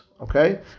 Okay